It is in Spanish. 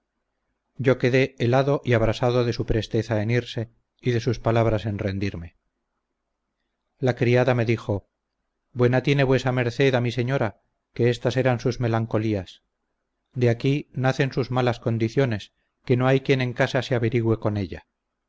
yo quedé helado y abrasado de su presteza en irse y de sus palabras en rendirme la criada me dijo buena tiene vuesa merced a mi señora que estas eran sus melancolías de aquí nacen sus malas condiciones que no hay quien en casa se averigüe con ella